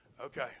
Okay